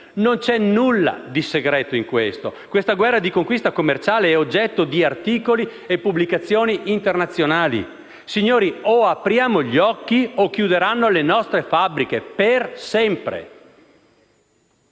Non c'è nulla di segreto in questo: questa guerra di conquista commerciale è oggetto di articoli e pubblicazioni internazionali. Signori, o apriamo gli occhi o chiuderanno le nostre fabbriche, per sempre.